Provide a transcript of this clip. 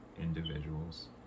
individuals